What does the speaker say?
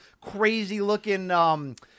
crazy-looking